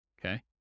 Okay